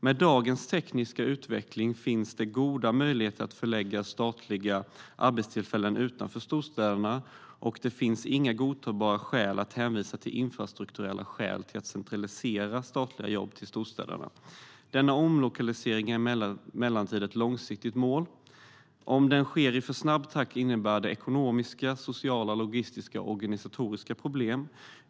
Med dagens tekniska utveckling finns det goda möjligheter att förlägga statliga arbetstillfällen utanför storstäderna, och det finns inga godtagbara infrastrukturella skäl att hänvisa till för att centralisera statliga jobb till storstäderna. Denna omlokalisering är emellertid ett långsiktigt mål. Om den sker i för snabb takt innebär det ekonomiska, sociala, logistiska och organisatoriska problem.